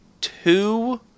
two